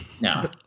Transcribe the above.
no